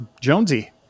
Jonesy